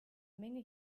menge